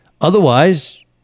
Otherwise